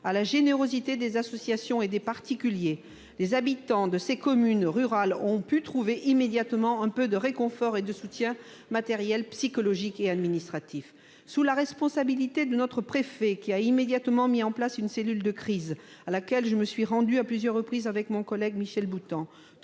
à la générosité des associations et des particuliers, les habitants de ces communes rurales ont pu trouver immédiatement un peu de réconfort, ainsi qu'un soutien matériel, psychologique et administratif. Le préfet a immédiatement mis en place une cellule de crise, à laquelle je me suis rendue à plusieurs reprises avec mon collègue Michel Boutant.